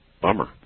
Bummer